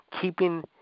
keeping